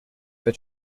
for